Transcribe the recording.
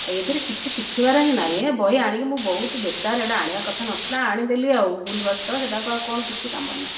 ଆ ଏହିଥିରେ କିଛି ଶିଖିବାର ହିଁ ନାହିଁ ଏ ବହି ଆଣିକି ମୁଁ ବହୁତ ବେକାର ଏଇଟା ଆଣିଆ କଥା ନଥିଲା ଆଣିଦେଲି ଆଉ ଭୁଲ ବଶତଃ ସେଇଟାକୁ ଆଉ କ'ଣ କିଛି କାମରେ ନାଇଁ